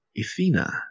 Athena